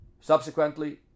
Subsequently